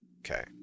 okay